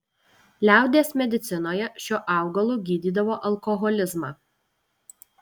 liaudies medicinoje šiuo augalu gydydavo alkoholizmą